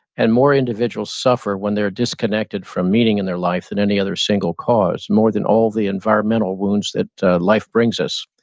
and more individuals suffer when they're disconnected from meaning in their life than any other single cause, more than all of the environmental wounds that life brings us.